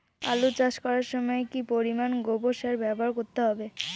আলু চাষ করার সময় কি পরিমাণ গোবর সার ব্যবহার করতে হবে?